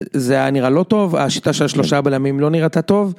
זה היה נראה לא טוב, השיטה של השלושה בלמים לא נראתה טוב.